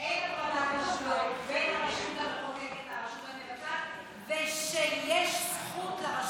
שאין הפרדת רשויות בין הרשות המחוקקת לרשות המבצעת ושיש זכות לרשות,